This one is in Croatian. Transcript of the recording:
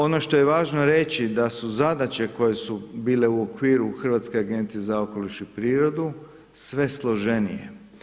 Ono što je važno reći, da su zadaće koje su bile u okviru Hrvatske agencije za okoliš i prirodu sve složenije.